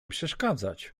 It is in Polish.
przeszkadzać